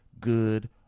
Good